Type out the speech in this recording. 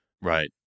right